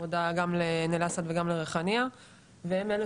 העבודה גם לעין אל-אסד וגם לריחאניה והם אלה